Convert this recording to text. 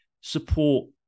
support